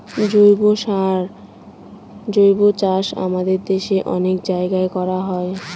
জৈবচাষ আমাদের দেশে অনেক জায়গায় করা হয়